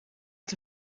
het